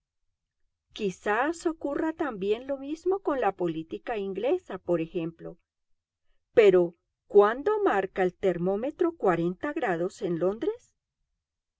quizás ocurra también lo mismo con la política inglesa por ejemplo pero cuándo marca el termómetro cuarenta grados en londres